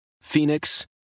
Phoenix